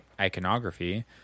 iconography